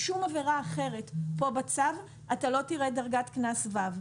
בשום עבירה אחרת כאן בצו אתה לא תראה דרגת קנס ו'.